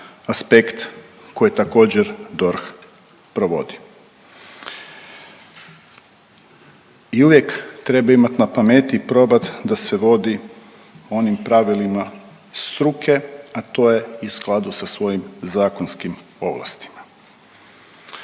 koji također DORH provodi. I uvijek treba imat na pameti probat da se vodi onim pravilima struke, a to je i u skladu sa svojim zakonskim ovlastima.